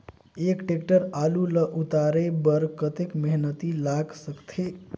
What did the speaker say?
एक टेक्टर आलू ल उतारे बर कतेक मेहनती लाग सकथे?